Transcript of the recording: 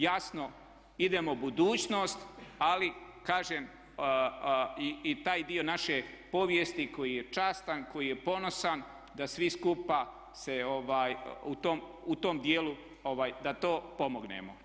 Jasno, idemo u budućnost ali kažem i taj dio naše povijesti koji je častan, koji je ponosan da svi skupa se u tom dijelu da to pomognemo.